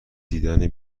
دیدن